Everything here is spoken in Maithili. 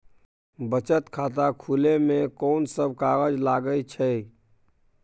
बचत खाता खुले मे कोन सब कागज लागे छै?